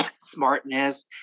smartness